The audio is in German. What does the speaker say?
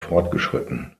fortgeschritten